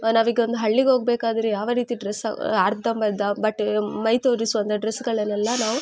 ನಾವೀಗ ಒಂದು ಹಳ್ಳಿಗೋಗಬೇಕಾದ್ರೆ ಯಾವ ರೀತಿ ಡ್ರೆಸ್ ಅರ್ಧಂಬರ್ಧ ಬಟ್ಟೆ ಮೈ ತೋರಿಸುವಂತ ಡ್ರೆಸ್ಸ್ಗಳನ್ನೆಲ್ಲ ನಾವು